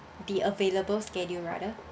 the available schedule rather